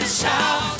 shout